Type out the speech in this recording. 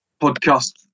podcast